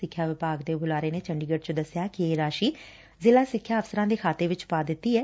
ਸਿੱਖਿਆ ਵਿਭਾਗ ਦੇ ਇੱਕ ਬੁਲਾਰੇ ਨੇ ਚੰਡੀਗੜ ਚ ਦੱਸਿਆ ਕਿ ਇਹ ਰਾਸ਼ੀ ਜ਼ਿਲਾ ਸਿੱਖਿਆ ਅਫਸਰਾ ਦੇ ਖਾਤੇ ਵਿੱਚ ਪਾ ਦਿੱਤੀ ਏ